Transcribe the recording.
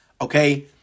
okay